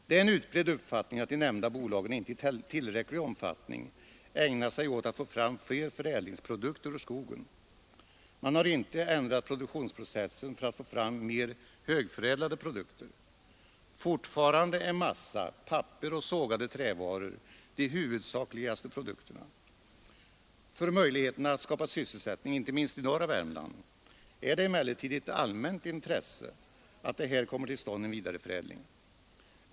Det är en utbredd uppfattning att de nämnda bolagen inte i tillräcklig omfattning ägnat sig åt att få fram fler förädlingsprodukter ur skogen. Man har inte ändrat produktionsprocessen för att få fram mer högförädlade produkter. Fortfarande är massa, papper och sågade trävaror de huvudsakligaste produkterna. För möjligheterna att skapa sysselsättning, inte minst i norra Värmland, är det emellertid ett allmänt intresse att det här kommer till stånd en vidareförädling.